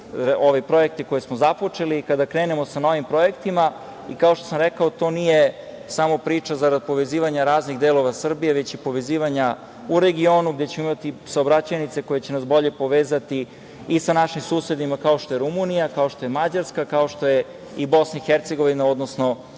ovi projekti koje smo započeli i kada krenemo sa novim projektima. Kao što sam rekao, to nije samo priča zarad povezivanja raznih delova Srbije, već i povezivanja u regionu gde ćemo imati saobraćajnice koje će nas bolje povezati i sa našim susedima kao što je Rumunija, kao što je Mađarska, kao što je i BiH, odnosno